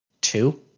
two